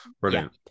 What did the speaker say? Brilliant